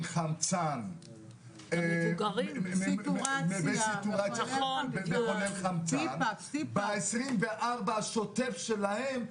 חמצן וסטורציה כולל חמצן ב-24 השוטף שלהם,